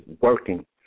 working